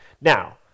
Now